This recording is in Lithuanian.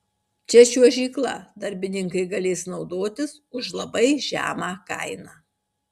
šia čiuožykla darbininkai galės naudotis už labai žemą kainą